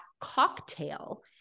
cocktail